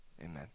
Amen